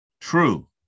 true